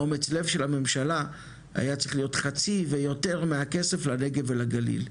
האומץ לב של הממשלה היה צריך להיות חצי ויותר מהכסף לנגב ולגליל,